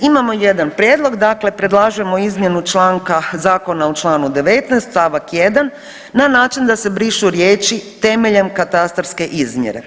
Imamo jedan prijedlog, dakle predlažemo izmjenu članka, zakona u čl. 19 st. 1 na način da se brišu riječi temeljem katastarske izmjere.